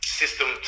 system